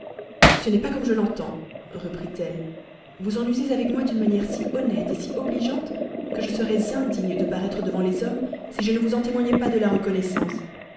ce n'est pas comme je l'entends reprit-elle vous en usez avec moi d'une manière si honnête et si obligeante que je serais indigne de paraître devant les hommes si je ne vous en témoignais pas de la reconnaissance